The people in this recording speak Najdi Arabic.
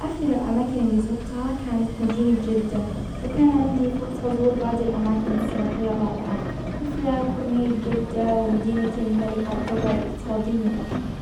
اخر الاماكن اللي زرتها كانت مدينة جدة. وكان عندي فرصة ازور بعض الاماكن السياحية الرائعة. مثل كورنيش جدة ومدينة الملك عبدالله الاقتصادية.